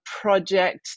project